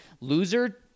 loser-